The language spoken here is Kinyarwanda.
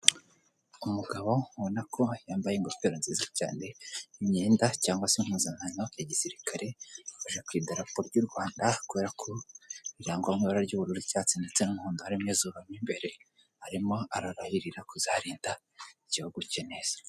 Umugabo mbona ko yambaye ingofero nziza cyane, imyenda cyangwa se mpuzankano ya gisirikare, afasha ku idarapo ry'u Rwanda kubera ko rirangwa n'ibara ry'ubururu, icyatsi ndetse n'umuhondo, ririmo izuba mo imbere. Arimo ararahirira kuzarinda igihugu cye neza.